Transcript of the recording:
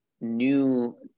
new